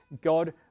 God